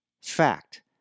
Fact